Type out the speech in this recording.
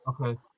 okay